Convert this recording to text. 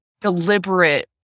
deliberate